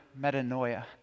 metanoia